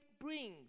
brings